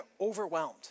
overwhelmed